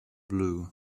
blue